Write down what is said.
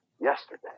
yesterday